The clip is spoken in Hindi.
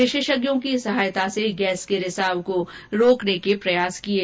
विशेषज्ञों की सहायता से गैस के रिसाव को रोकने के प्रयास किए जा रहे हैं